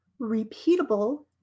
repeatable